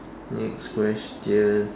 next question